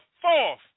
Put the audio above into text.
fourth